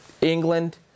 England